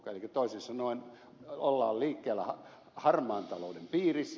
elikkä toisin sanoen ollaan liikkeellä harmaan talouden piirissä